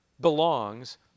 belongs